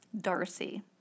Darcy